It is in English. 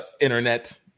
internet